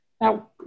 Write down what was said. Now